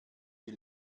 die